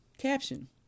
caption